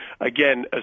again